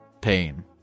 pain